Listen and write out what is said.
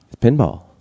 pinball